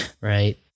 right